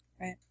Right